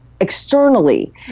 externally